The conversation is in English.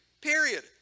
Period